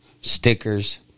stickers